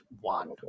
one